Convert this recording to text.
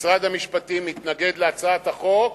משרד המשפטים מתנגד להצעת החוק,